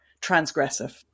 transgressive